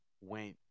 went